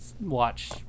watch